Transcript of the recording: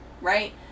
right